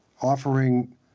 offering